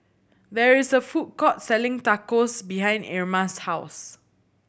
there is a food court selling Tacos behind Irma's house